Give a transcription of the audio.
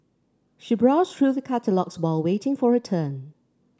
she browsed through the catalogues while waiting for her turn